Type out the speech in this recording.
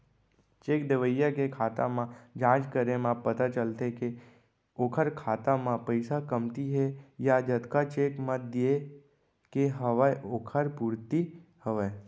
cheque देवइया के खाता म जाँच करे म पता चलथे के ओखर खाता म पइसा कमती हे या जतका चेक म देय के हवय ओखर पूरति हवय